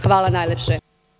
Hvala najlepše.